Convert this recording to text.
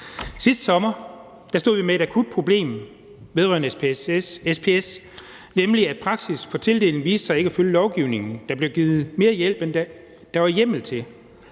Sidste sommer stod vi med et akut problem vedrørende SPS, nemlig at praksis for tildeling viste sig ikke at følge lovgivningen; der blev givet mere hjælp, end der var hjemmel til.